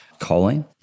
choline